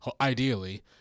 ideally